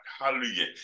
hallelujah